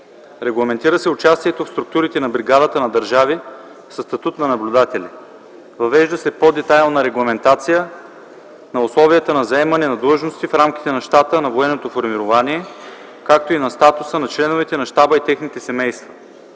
Регламентира се участието в структурите на бригадата на държави със статут на наблюдатели. Въвежда се по-детайлна регламентация на условията за заемане на длъжности в рамките на щата на военното формирование, както и на статуса на членовете на Щаба и техните семейства.